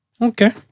Okay